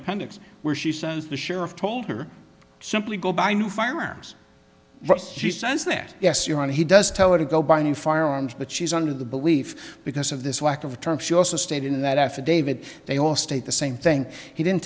appendix where she says the sheriff told her simply go buy new firearms she sense that yes you're right he does tell her to go buy new firearms but she's under the belief because of this lack of a term she also stated in that affidavit they all state the same thing he didn't